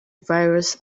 virus